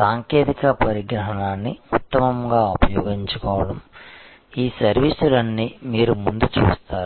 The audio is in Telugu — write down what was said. సాంకేతిక పరిజ్ఞానాన్ని ఉత్తమంగా ఉపయోగించుకోవడం ఈ సర్వీసులన్నీ మీరు ముందు చూస్తారు